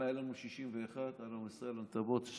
שעלו ממרוקו, חיו עם ערבים, זאת לא השאלה בכלל.